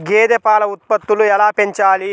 గేదె పాల ఉత్పత్తులు ఎలా పెంచాలి?